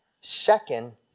Second